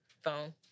phone